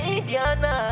Indiana